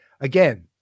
again